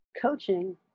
coaching